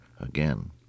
again